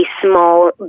small